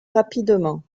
rapidement